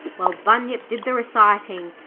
while bunyip did the reciting.